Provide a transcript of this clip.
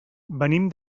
venim